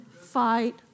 fight